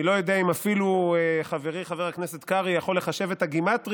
אני לא יודע אם אפילו חברי חבר הכנסת קרעי יכול לחשב את הגימטרייה